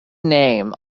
name